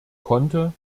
konnte